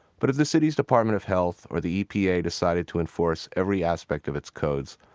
but if the city's department of health or the e p a. decided to enforce every aspect of its codes,